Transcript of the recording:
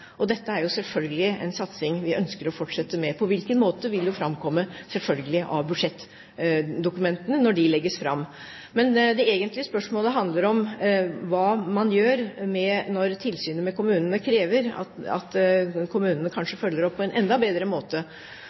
barnevernet. Dette er selvfølgelig en satsing vi ønsker å fortsette med. På hvilken måte vil framkomme av budsjettdokumentene når de legges fram. Men det egentlige spørsmålet handler om hva man gjør når tilsynet med kommunene krever at kommunene kanskje følger opp på en enda bedre måte.